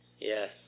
Yes